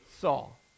Saul